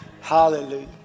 hallelujah